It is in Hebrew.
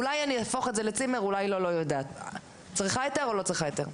אולי אהפוך את זה לצימר או לא אני צריכה או לא צריכה היתר?